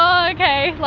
um okay, like,